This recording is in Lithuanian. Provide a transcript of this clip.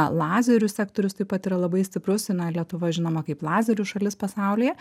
lazerių sektorius taip pat yra labai stiprus na lietuva žinoma kaip lazerių šalis pasaulyje